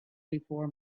before